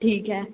ठीक है